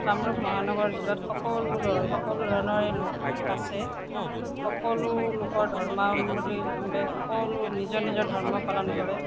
কামৰূপ মহানগৰ জিলাত সকলো ধৰণৰ সকলো ধৰণৰে লোক আছে সকলো লোকৰ ধৰ্মাৱলম্বী সকলোৱে নিজৰ নিজৰ ধৰ্ম পালন কৰে